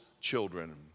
children